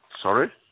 Sorry